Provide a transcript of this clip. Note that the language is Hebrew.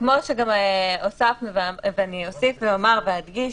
כמו שגם הוספנו, ואני אוסיף ואומר ואדגיש,